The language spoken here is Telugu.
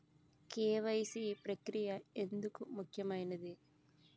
కే.వై.సీ ప్రక్రియ ఎందుకు ముఖ్యమైనది?